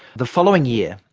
the following year,